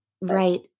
Right